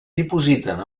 dipositen